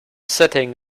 setting